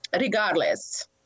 regardless